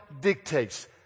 dictates